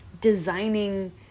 designing